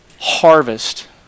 harvest